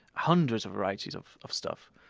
hundreds of varieties of of stuff.